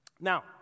Now